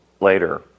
later